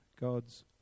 God's